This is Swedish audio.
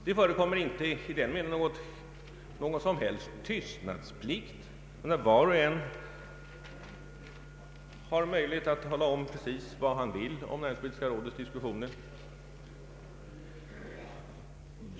Det förekommer inte någon tystnadsplikt, utan var och en har möjlighet att tala om vad han vill om näringspolitiska rådets diskussioner.